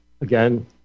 again